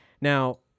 Now